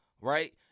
right